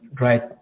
right